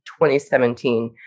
2017